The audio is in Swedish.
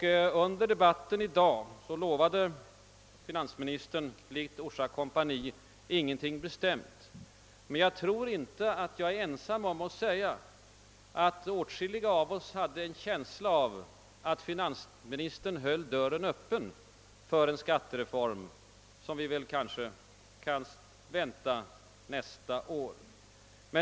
Finansministern lovade ju — likt Orsa kompani — ingenting bestämt, men jag tror att åtskilliga av oss hade en känsla av att finansministern höll dörren öppen för en skattereform, som vi kanske kan vänta nästa år.